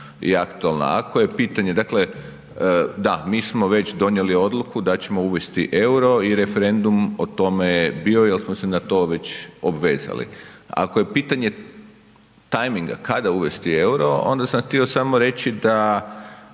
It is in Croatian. i aktualna. Ako je pitanje, dakle da, mi smo već donijeli odluku da ćemo uvesti EUR-o i referendum o tome je bio jel smo se na to već obvezali. Ako je pitanje tajminga kada uvesti EUR-o, onda sam htio samo reći da